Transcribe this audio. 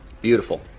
Beautiful